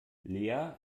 lea